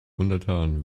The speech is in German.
untertan